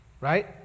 Right